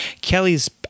Kelly's